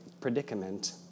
predicament